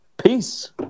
Peace